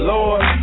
Lord